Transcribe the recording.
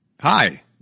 Hi